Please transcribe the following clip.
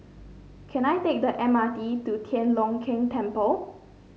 can I take the M R T to Tian Leong Keng Temple